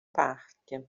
parque